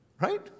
Right